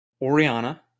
Oriana